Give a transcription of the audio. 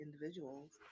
individuals